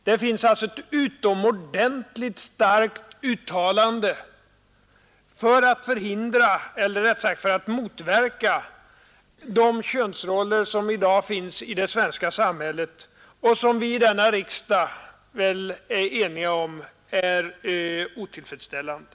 Det har alltså gjorts ett utomordentligt starkt uttalande för att motverka de könsroller, som i dag finns i det svenska samhället och som alla i denna riksdag väl är eniga om är otillfredsställande.